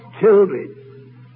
children